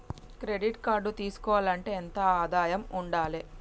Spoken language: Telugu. క్రెడిట్ కార్డు తీసుకోవాలంటే ఎంత ఆదాయం ఉండాలే?